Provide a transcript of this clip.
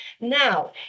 Now